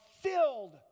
filled